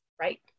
right